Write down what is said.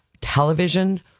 television